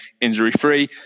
injury-free